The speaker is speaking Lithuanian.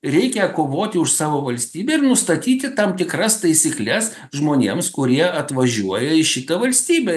reikia kovoti už savo valstybę ir nustatyti tam tikras taisykles žmonėms kurie atvažiuoja į šitą valstybę